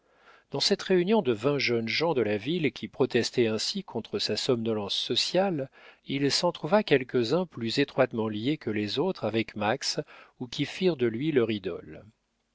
dans cette réunion de vingt jeunes gens de la ville qui protestaient ainsi contre sa somnolence sociale il s'en trouva quelques-uns plus étroitement liés que les autres avec max ou qui firent de lui leur idole